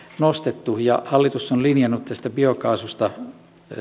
nostettu hallitus on linjannut biokaasusta